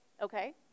okay